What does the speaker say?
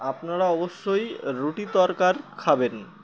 আপনারা অবশ্যই রুটি তরকার খাবেন